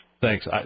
Thanks